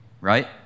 right